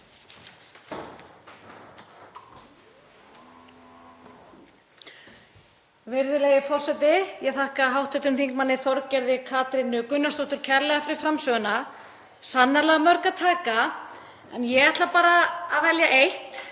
Virðulegi forseti. Ég þakka hv. þm. Þorgerði Katrínu Gunnarsdóttur kærlega fyrir framsöguna. Sannarlega af mörgu að taka en ég ætla bara að velja eitt.